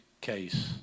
case